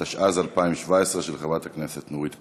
התשע"ז 2017, של חברת הכנסת נורית קורן.